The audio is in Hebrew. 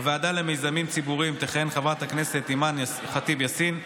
בוועדה למיזמים ציבוריים תכהן חברת הכנסת אימאן ח'טיב יאסין,